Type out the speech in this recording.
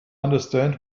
understand